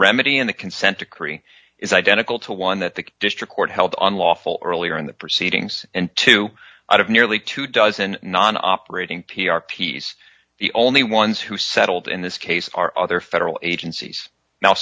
remedy in the consent decree is identical to one that the district court held on lawful earlier in the proceedings and two out of nearly two dozen non operating p r piece the only ones who settled in this case are other federal agencies now